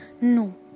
no